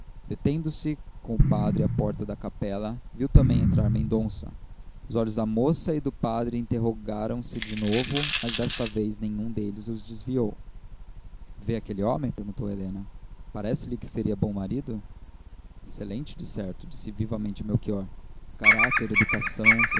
detendo se com o padre à porta da capela viu também entrar mendonça os olhos da moça e do padre interrogaram se de novo mas desta vez nenhum deles os desviou vê aquele homem perguntou helena parece-lhe que seria bom marido excelente decerto disse vivamente melchior caráter educação